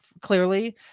clearly